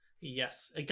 Yes